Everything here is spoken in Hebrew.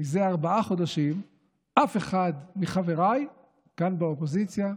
וזה ארבעה חודשים אף אחד מחבריי כאן באופוזיציה,